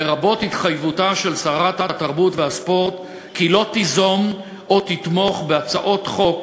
לרבות התחייבותה של שרת התרבות והספורט שלא תיזום או תתמוך בהצעות חוק